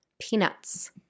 peanuts